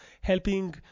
helping